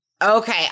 Okay